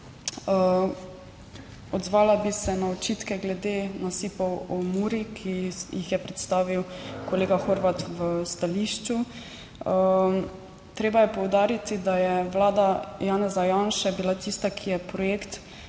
Odzvala bi se na očitke glede nasipov ob Muri, ki jih je predstavil kolega Horvat v stališču. Treba je poudariti, da je vlada Janeza Janše bila tista, ki je projekt